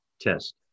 test